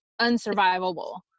unsurvivable